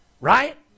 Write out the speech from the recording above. Right